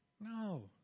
No